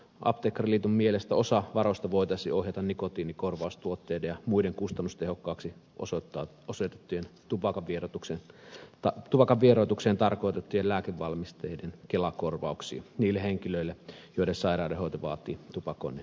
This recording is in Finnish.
esimerkiksi apteekkariliiton mielestä osa varoista voitaisiin ohjata nikotiinikorvaustuotteiden ja muiden kustannustehokkaiksi osoitettujen tupakasta vieroitukseen tarkoitettujen lääkevalmisteiden kelakorvauksiin niille henkilöille joiden sairaudenhoito vaatii tupakoinnin lopettamisen